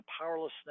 powerlessness